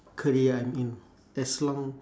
career I'm in as long